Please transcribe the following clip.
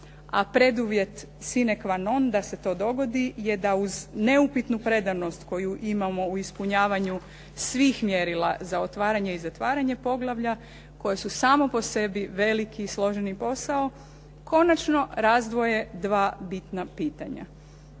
a preduvjet sinequanone da se to dogodi je da uz neupitnu predanost koju imamo u ispunjavanju svih mjerila za otvaranje i zatvaranje poglavlja koje su same po sebi veliki i složeni posao, konačno razdvoje dva bitna pitanja